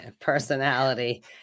personality